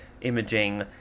imaging